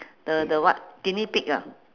the the what guinea pig ah